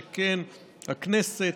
שכן הכנסת,